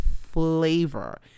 flavor